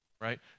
right